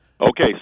Okay